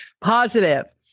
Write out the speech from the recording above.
positive